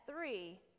three